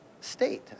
state